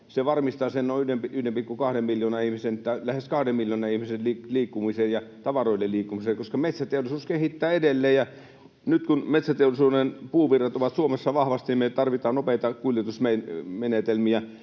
se varmistaa lähes kahden miljoonan ihmisen liikkumisen ja tavaroiden liikkumisen. Metsäteollisuus kehittää edelleen, ja nyt kun metsäteollisuuden puuvirrat ovat vahvasti Suomessa, me tarvitaan nopeita kuljetusmenetelmiä,